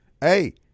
Hey